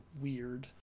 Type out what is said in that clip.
weird